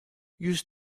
used